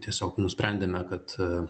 tiesiog nusprendėme kad